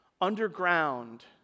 underground